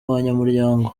abanyamuryango